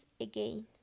again